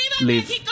Live